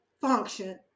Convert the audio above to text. function